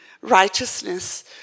righteousness